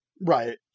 Right